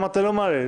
אמרתי אני לא מעלה.